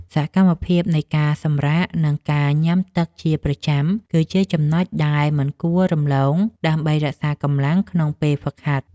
សកម្មភាពនៃការសម្រាក និងការញ៉ាំទឹកជាប្រចាំ គឺជាចំណុចដែលមិនគួររំលងដើម្បីរក្សាកម្លាំងក្នុងពេលហ្វឹកហាត់។